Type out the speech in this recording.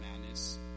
madness